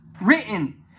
written